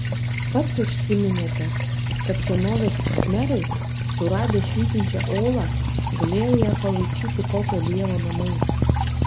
pats užsiminėte kad senovės khmerai suradę švytinčią olą galėjo ją palaikyti kokio dievo namais